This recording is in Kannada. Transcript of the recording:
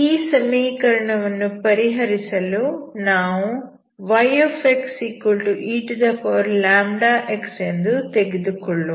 ಈ ಸಮೀಕರಣವನ್ನು ಪರಿಹರಿಸಲು ನಾವು yxeλx ಎಂದು ತೆಗೆದುಕೊಳ್ಳೋಣ